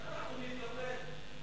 ואנחנו נתגבר.